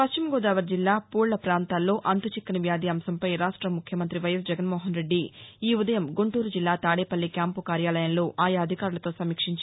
పశ్చిమగోదావరి జిల్లా పూళ్ళ పాంతాల్లో అంతుచిక్కని వ్యాధి అంశంపై రావ్య ముఖ్యమంత్రి వైయస్ జగన్మోహన్ రెడ్డి ఈ ఉదయం గుంటూరు జిల్లా తాడేపల్లి క్యాంపు కార్యాలయంలో ఆయా అధికారులతో సమీక్షించారు